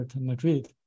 Madrid